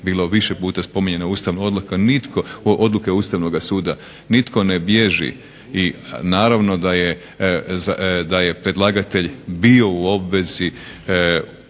bila više puta spominjana odluka Ustavnoga suda, nitko ne bježi i naravno da je predlagatelj bio u obvezi